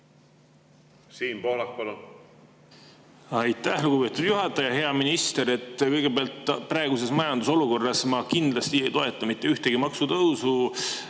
Siim Pohlak, palun! Aitäh, lugupeetud juhataja! Hea minister! Kõigepealt, praeguses majandusolukorras ma kindlasti ei toeta mitte ühtegi maksutõusu